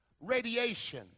radiation